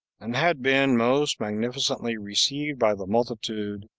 and had been most magnificently received by the multitude,